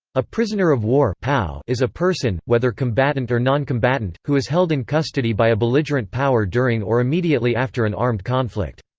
a prisoner of war is a person, whether combatant or non-combatant, who is held in custody by a belligerent power during or immediately after an armed conflict.